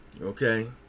Okay